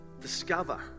discover